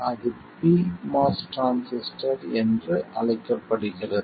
அது pMOS transistor என்று அழைக்கப்படுகிறது